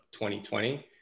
2020